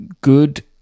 good